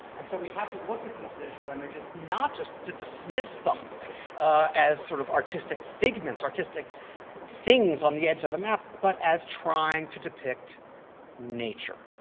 and so we have to look at these visual images not just to dismiss them as sort of artistic figments, artistic things on the edge of a map, but as trying to depict nature.